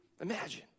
Imagine